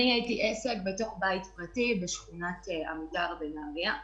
הייתי עסק בתוך בית פרטי, בשכונת עמידר בנהריה,